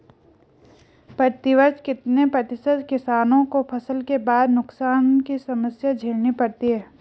प्रतिवर्ष कितने प्रतिशत किसानों को फसल के बाद नुकसान की समस्या झेलनी पड़ती है?